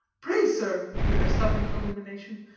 pray, sir, with a sudden illumination,